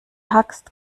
hackst